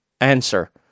answer